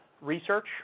Research